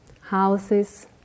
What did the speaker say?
houses